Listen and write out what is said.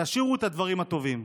תשאירו את הדברים הטובים.